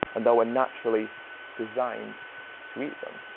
and that we're naturally designed to eat them?